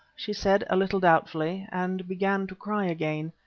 she said, a little doubtfully, and began to cry again.